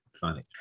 Funny